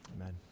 Amen